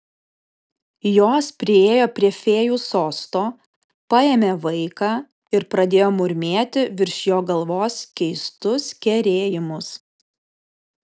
jos priėjo prie fėjų sosto paėmė vaiką ir pradėjo murmėti virš jo galvos keistus kerėjimus